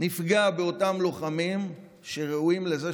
באותם לוחמים שראויים לזה,